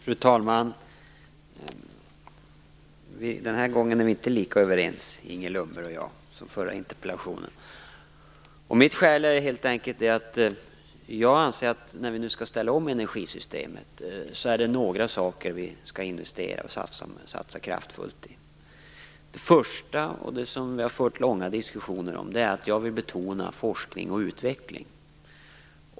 Fru talman! Den här gången är Inger Lundberg och jag inte lika överens som vi var i den förra interpellationsdebatten. Mitt skäl är helt enkelt att det är några saker som vi skall investera kraftigt i, nu när vi skall ställa om energisystemet. Till att börja med vill jag betona forskning och utveckling.